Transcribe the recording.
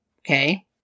Okay